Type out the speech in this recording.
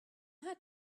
had